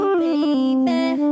baby